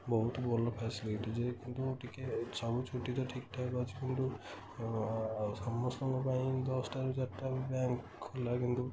ବହୁତ ଭଲ ଫାସିଲିଟି ଯେ କିନ୍ତୁ ଟିକିଏ ସବୁ ଛୁଟିଟା ଠିକ୍ଠାକ୍ ଅଛି କିନ୍ତୁ ସମସ୍ତଙ୍କ ପାଇଁ ଦଶଟାରୁ ଚାରିଟା ବ୍ୟାଙ୍କ ଖୋଲା କିନ୍ତୁ